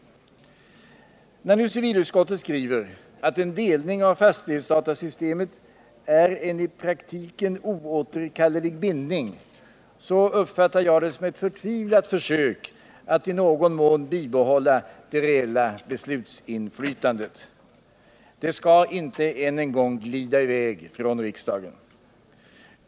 När nu civilutskottet skriver att en delning av fastighetsdatasystemet är en i praktiken oåterkallelig bindning, så uppfattar jag det som ett förtvivlat försök att i någon mån bibehålla det reella beslutsinflytandet. Det skall inte än en gång glida i väg från riksdagen.